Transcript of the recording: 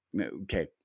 Okay